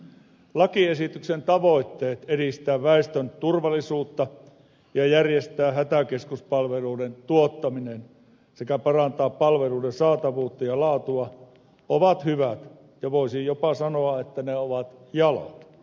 lakiesityksen tavoitteet edistää väestön turvallisuutta ja järjestää hätäkeskuspalveluiden tuottaminen sekä parantaa palveluiden saatavuutta ja laatua ovat hyvät ja voisin jopa sanoa että ne ovat jalot